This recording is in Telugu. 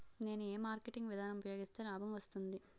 నేను ఏ మార్కెటింగ్ విధానం ఉపయోగిస్తే లాభం వస్తుంది?